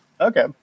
Okay